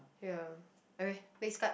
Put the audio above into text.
ya okay next card